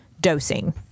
dosing